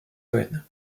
cohen